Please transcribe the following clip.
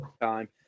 time